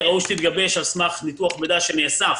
ראוי שתתגבש על סמך ניתוח מידע שנאסף